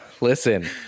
Listen